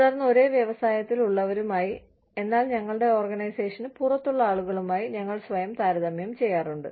തുടർന്ന് ഒരേ വ്യവസായത്തിൽ ഉള്ളവരുമായി എന്നാൽ ഞങ്ങളുടെ ഓർഗനൈസേഷന് പുറത്തുള്ള ആളുകളുമായി ഞങ്ങൾ സ്വയം താരതമ്യം ചെയ്യാറുണ്ട്